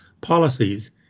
policies